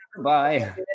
bye